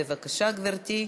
בבקשה, גברתי,